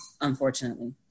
unfortunately